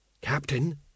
Captain